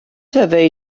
fyddi